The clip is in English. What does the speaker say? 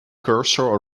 cursor